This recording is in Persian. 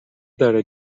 داره